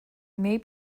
may